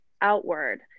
outward